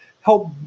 help